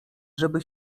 żeby